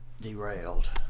Derailed